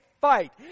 fight